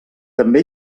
també